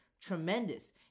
tremendous